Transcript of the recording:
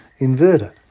inverter